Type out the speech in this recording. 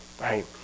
right